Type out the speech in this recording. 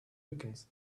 weekends